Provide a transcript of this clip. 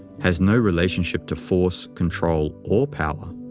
has no relationship to force, control, or power.